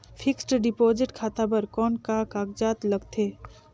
Fixed deposit खाता बर कौन का कागजात लगथे?